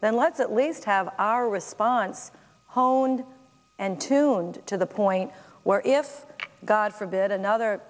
then let's at least have our response honed and tuned to the point where if god forbid another